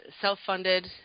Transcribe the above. self-funded